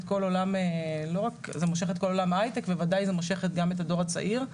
כל עולם ההיי-טק וכמובן מושכת גם את הדור הצעיר.